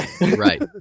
right